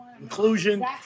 inclusion